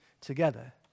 together